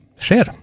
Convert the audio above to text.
share